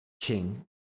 king